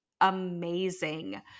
amazing